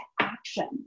action